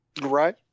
Right